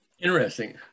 Interesting